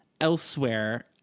elsewhere